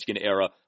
era